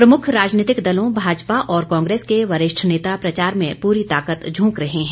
प्रमुख राजनीतिक दलों भाजपा और कांग्रेस के वरिष्ठ नेता प्रचार में पूरी ताकत झोंक रहे हैं